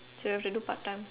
so I have to do part time